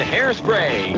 Hairspray